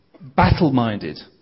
battle-minded